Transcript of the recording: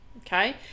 okay